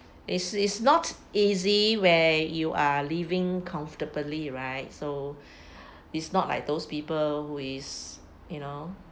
is is not easy where you are living comfortably right so it's not like those people who is you know